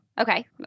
Okay